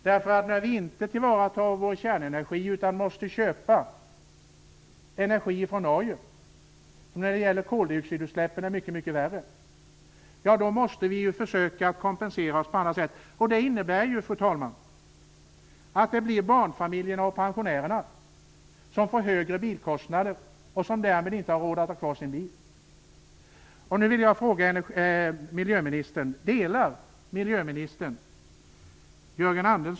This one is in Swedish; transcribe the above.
Om vi inte tillvaratar vår kärnenergi utan måste köpa energi från Norge, energi ur källor som är mycket, mycket värre än bilismen när det gäller koldioxidutsläppen, måste vi försöka kompensera oss på annat sätt. Det innebär, fru talman, att barnfamiljerna och pensionärerna får högre bilkostnader och därmed inte har råd att ha kvar sina bilar.